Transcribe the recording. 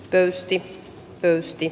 pöysti pöysti